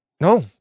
No